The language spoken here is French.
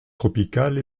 tropicale